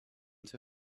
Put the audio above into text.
two